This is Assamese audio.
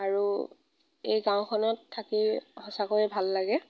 আৰু এই গাঁওখনত থাকি সঁচাকৈ ভাল লাগে